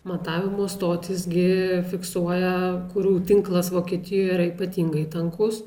matavimo stotis gi fiksuoja kurių tinklas vokietijoje yra ypatingai tankus